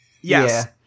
yes